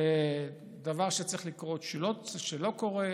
של דבר שצריך לקרות שלא קורה,